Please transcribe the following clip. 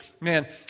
Man